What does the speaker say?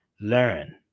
learn